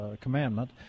commandment